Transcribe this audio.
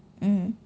mm